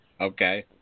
Okay